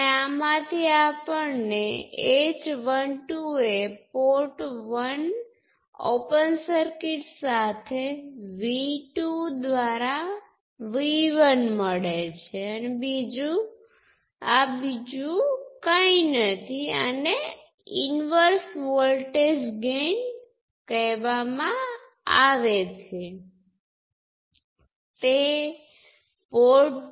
તેથી આને અમલમાં મૂકવા માટે આપણને પેરેલલ શાખાઓની જરૂર છે બીજું ઇક્વેશન વોલ્ટેજ છે જે અન્ય બે વોલ્ટેજનો સરવાળો છે તેથી તે અમલીકરણ માટે આપણને સિરિઝ કોમ્બિનેશન ની જરૂર છે